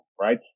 right